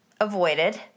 avoided